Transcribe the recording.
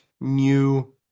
new